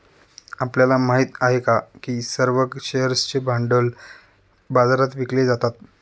आपल्याला माहित आहे का की सर्व शेअर्सचे भांडवल बाजारात विकले जातात?